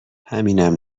همینم